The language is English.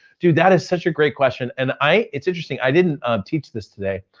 dude, that is such a great question and i, it's interesting. i didn't teach this today.